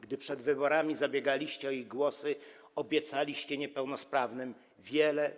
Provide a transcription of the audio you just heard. Gdy przed wyborami zabiegaliście o ich głosy, obiecaliście niepełnosprawnym wiele.